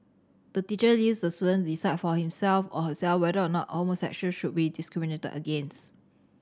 the teacher leaves the student decide for himself or herself whether or not homosexual should be discriminated against